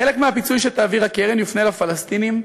חלק מהפיצוי שתעביר הקרן יופנה לפלסטינים,